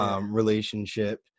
relationship